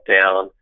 down